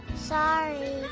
Sorry